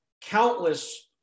countless